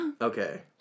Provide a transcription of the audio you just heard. Okay